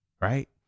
Right